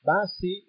Basi